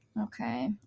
okay